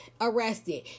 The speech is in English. arrested